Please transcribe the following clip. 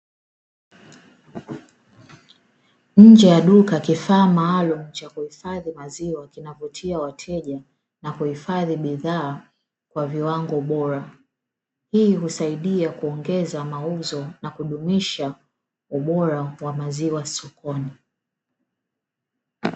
Nje ya duka, kifaa maalumu cha kuhifadhi maziwa kinavutia wateja na kuhifadhi bidhaa kwa viwango bora. Hii husaidia kuongeza mauzo na kudumisha ubora wa maziwa sokoni.